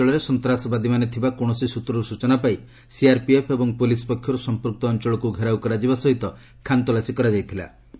ସେହି ଅଞ୍ଚଳରେ ସନ୍ତାସବାଦୀମାନେ ଥିବା କୌଣସି ସୂତ୍ରରୁ ସୂଚନା ପାଇ ସିଆର୍ପିଏଫ୍ ଏବଂ ପୁଲିସ୍ ପକ୍ଷରୁ ସମ୍ପୁକ୍ତ ଅଞ୍ଚଳକୁ ଘେରାଉ କରାଯିବା ସହିତ ଖାନ୍ତଲାସୀ କରାଯାଇଥିଲା